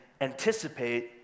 anticipate